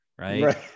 Right